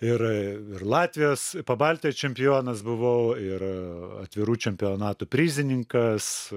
ir ir latvijos pabaltijo čempionas buvau ir atvirų čempionatų prizininkas